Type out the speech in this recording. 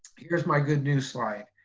here's my good news slide.